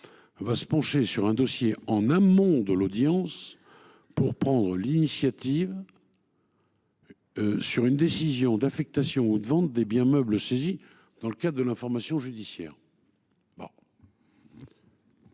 se penchera sur un dossier, en amont de l’audience, pour prendre l’initiative sur une décision d’affectation ou de vente des biens meubles saisis dans le cadre de l’information judiciaire.